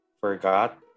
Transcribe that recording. forgot